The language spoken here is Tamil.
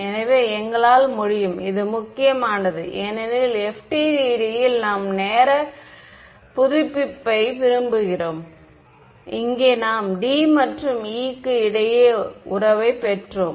எனவே எங்களால் முடியும் இது முக்கியமானது ஏனெனில் FDTD இல் நாம் நேர புதுப்பிப்பை விரும்புகிறோம் இங்கே நாம் D மற்றும் E க்கு இடையே உறவைப் பெற்றோம்